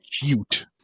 cute